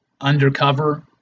undercover